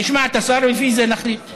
נשמע את השר ולפי זה נחליט.